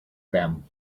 them